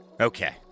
Okay